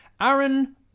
Aaron